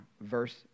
Verse